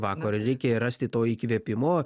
vakaro reikia rasti to įkvėpimo